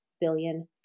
billion